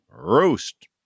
Roast